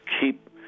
keep